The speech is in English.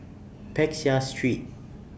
Peck Seah Street